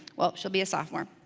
well, she'll be a sophomore,